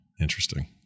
Interesting